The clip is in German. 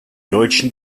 deutschen